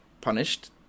punished